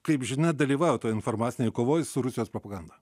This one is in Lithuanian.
kaip žinia dalyvauja toj informacinėj kovoj su rusijos propaganda